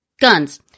guns